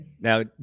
Now